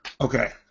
Okay